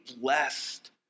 blessed